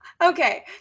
Okay